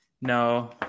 No